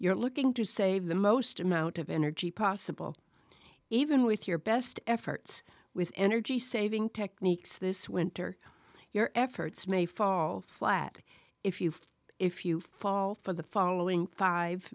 you're looking to save the most amount of energy possible even with your best efforts with energy saving techniques this winter your efforts may fall flat if you if you fall for the following five